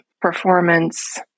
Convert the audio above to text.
performance